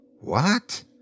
What